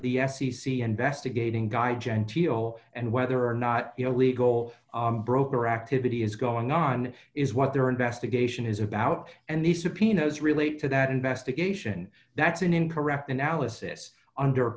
the f c c investigating guy gentil and whether or not illegal broker activity is going on is what their investigation is about and the subpoenas relate to that investigation that's an incorrect analysis under